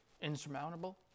insurmountable